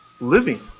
living